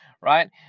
right